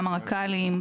גם הרק"לים,